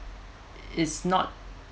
it's not